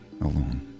alone